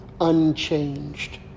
unchanged